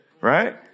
Right